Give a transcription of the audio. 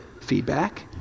feedback